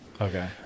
Okay